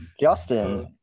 Justin